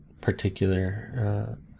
particular